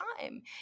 time